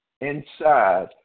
inside